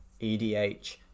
EDH